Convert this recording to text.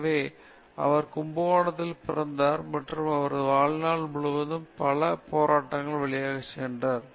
எனவே அவர் கும்பகோணத்தில் பிறந்தார் மற்றும் அவரது வாழ்நாள் முழுவதும் அவர் பல போராட்டங்கள் வழியாக சென்றார்